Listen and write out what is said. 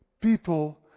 people